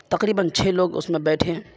تقریباً چھ لوگ اس میں بیٹھے ہیں